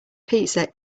pizza